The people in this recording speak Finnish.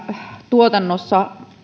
tuotannossa